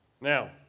Now